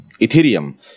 Ethereum